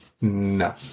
No